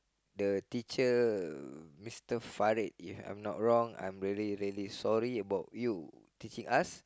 the teacher Mister Farid if I'm not wrong I'm really really sorry about you teaching us